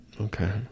Okay